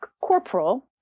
corporal